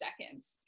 seconds